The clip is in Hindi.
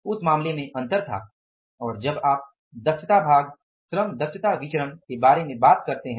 उस मामले में अंतर था और जब आप दक्षता भाग श्रम दक्षता विचरण के बारे में बात करते हैं